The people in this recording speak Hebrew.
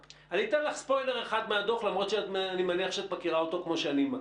נפתח את הכול וכולם יהיו